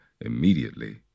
immediately